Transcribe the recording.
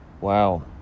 Wow